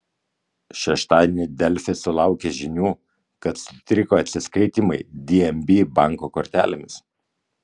šeštadienį delfi sulaukė žinių kad sutriko atsiskaitymai dnb banko kortelėmis